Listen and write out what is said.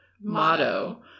motto